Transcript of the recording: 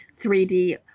3D